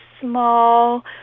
small